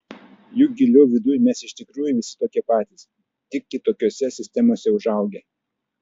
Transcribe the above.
juk giliau viduj mes iš tikrųjų visi tokie patys tik kitokiose sistemose užaugę